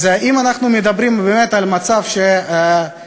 אז אם אנחנו מדברים באמת על מצב של התייחסות